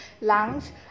lungs